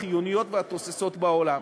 החיוניות והתוססות בעולם.